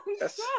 yes